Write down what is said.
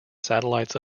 satellites